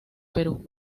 perú